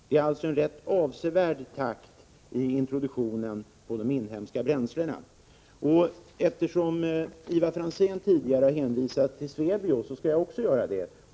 Det är alltså en rätt avsevärd takt i introduktionen av de inhemska bränslena. Eftersom Ivar Franzén tidigare har hänvisat till Svebio skall jag också göra det.